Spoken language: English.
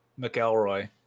McElroy